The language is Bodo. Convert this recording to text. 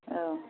औ